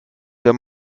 wenn